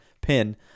pin